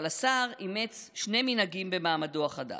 אבל השר אימץ שני מנהגים במעמדו החדש.